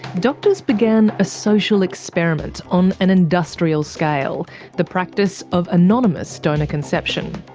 doctors began a social experiment on an industrial scale the practice of anonymous donor conception.